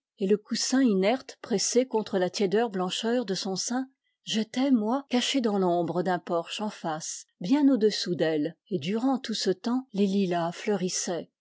et le coussin inerte pressé contre la tiède blancheur de son sein j'étais moi caché dans l'ombre d'un porche en face bien au-dessous d'elle et durant tout ce temps les lilas fleurissaient